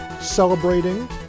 celebrating